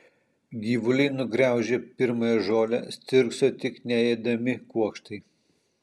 gyvuliai nugraužė pirmąją žolę stirkso tik neėdami kuokštai